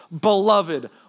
Beloved